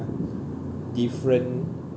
different